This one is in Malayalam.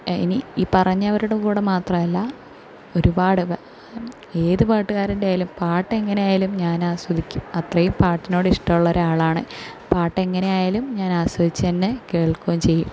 എനി പറഞ്ഞവരുടെ കൂടെ മാത്രമല്ല ഒരുപാട് ഏത് പാട്ടുകാരന്റെ ആയാലും പാട്ടെങ്ങനെ ആയാലും ഞാനാസ്വദിക്കും അത്രയും പാട്ടിനോട് ഇഷ്ടമുള്ളൊരാളാണ് പാട്ടെങ്ങനെ ആയാലും ഞാനാസ്വദിച്ച് തന്നെ കേൾക്കുകയും ചെയ്യും